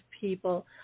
people